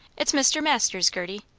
it's mr. masters, gerty!